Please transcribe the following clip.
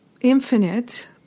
infinite